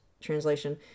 translation